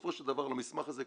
שבסופו של דבר למסמך הזה,